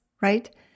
right